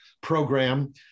program